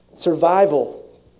survival